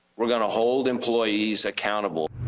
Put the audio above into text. we are going to hold employees accountable.